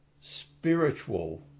spiritual